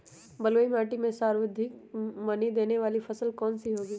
बलुई मिट्टी में सर्वाधिक मनी देने वाली फसल कौन सी होंगी?